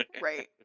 Right